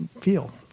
feel